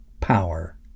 power